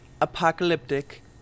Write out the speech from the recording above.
Apocalyptic